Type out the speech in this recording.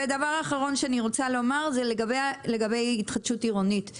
דבר אחרון שאני רוצה לומר, לגבי התחדשות עירונית.